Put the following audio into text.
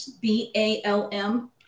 b-a-l-m